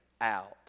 out